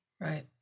right